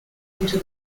into